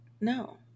No